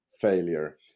failure